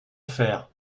faire